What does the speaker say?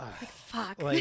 Fuck